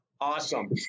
awesome